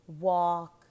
walk